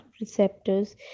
receptors